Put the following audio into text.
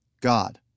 God